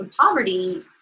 poverty